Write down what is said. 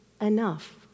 enough